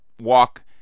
walk